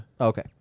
Okay